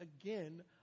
again